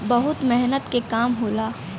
बहुत मेहनत के काम होला